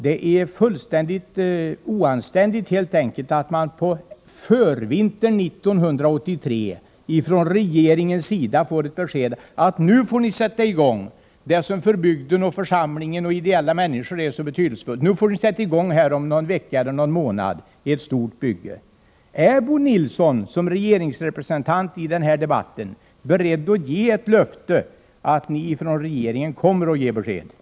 Det är helt enkelt oanständigt att man på förvintern 1983 får beskedet från regeringen att det stora bygge som är så betydelsefullt för bygden, för församlingen och för ideellt arbetande människor får sättas i gång om någon vecka eller någon månad. Är Bo Nilsson som representant för regeringspartiet i den här frågan beredd att ge ett löfte om att regeringen kommer att ge besked i tid?